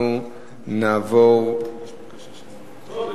תודה רבה.